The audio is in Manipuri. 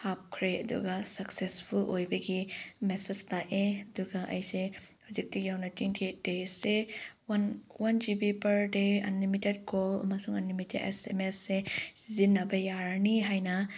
ꯍꯥꯞꯈ꯭ꯔꯦ ꯑꯗꯨꯒ ꯁꯛꯁꯦꯁꯐꯨꯜ ꯑꯣꯏꯕꯒꯤ ꯃꯦꯁꯦꯁ ꯂꯥꯛꯑꯦ ꯑꯗꯨꯒ ꯑꯩꯁꯦ ꯍꯧꯖꯤꯛꯇꯒꯤ ꯍꯧꯅ ꯇ꯭ꯋꯦꯟꯇꯤ ꯑꯩꯠ ꯗꯦꯁꯁꯦ one one G B per day unlimited call ꯑꯃꯁꯨꯡ ꯑꯟꯅꯤꯃꯤꯇꯦꯠ ꯑꯦꯁ ꯑꯦꯝ ꯑꯦꯁꯁꯦ ꯁꯤꯖꯤꯟꯅꯕ ꯌꯥꯔꯅꯤ ꯍꯥꯏꯅ